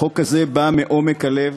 החוק הזה בא מעומק הלב.